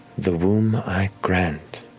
the womb i grant,